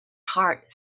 heart